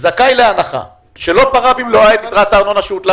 "זכאי להנחה שלא פרע במלואה את יתרת הארנונה שהוטלה